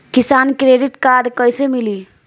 किसान credit card कइसे मिली?